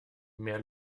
mehr